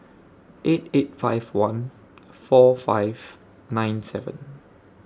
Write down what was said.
eight eight five one four five nine seven